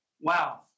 Wow